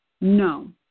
No